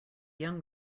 young